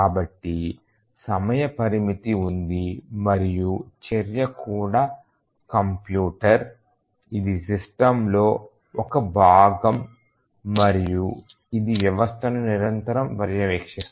కాబట్టి సమయ పరిమితి ఉంది మరియు చర్య కూడా కంప్యూటర్ ఇది సిస్టమ్ లో ఒక భాగం మరియు ఇది వ్యవస్థను నిరంతరం పర్యవేక్షిస్తుంది